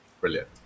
Brilliant